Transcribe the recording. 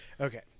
okay